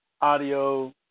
audio